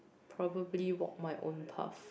probably what my own path